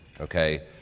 okay